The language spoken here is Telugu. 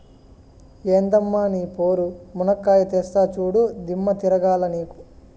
ఎందమ్మ నీ పోరు, మునక్కాయా తెస్తా చూడు, దిమ్మ తిరగాల నీకు